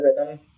rhythm